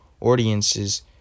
audiences